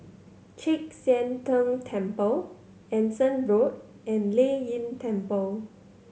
Chek Sian Tng Temple Anson Road and Lei Yin Temple